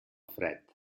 fred